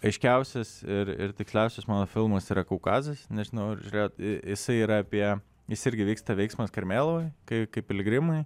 aiškiausias ir ir tiksliausias mano filmas yra kaukazas nežinau bet jisai yra apie jis irgi vyksta veiksmas karmėlavoj kai kaip piligrimai